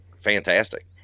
fantastic